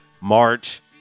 March